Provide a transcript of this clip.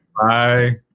Bye